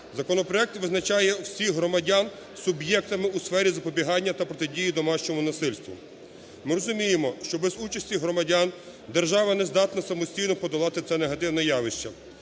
законопроект визначає усіх громадян суб'єктами у сфері запобігання та протидії домашньому насильству. Ми розуміємо, що без участі громадян держава не здатна самостійно подолати це негативне явище.